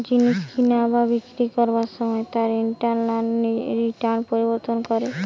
জিনিস কিনা বা বিক্রি করবার সময় তার ইন্টারনাল রিটার্ন পরিবর্তন করে